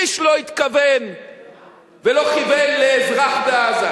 איש לא התכוון ולא כיוון לאזרח בעזה.